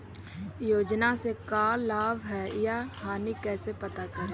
योजना से का लाभ है या हानि कैसे पता करी?